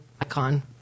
Icon